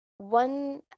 One